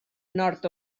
nord